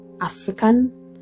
African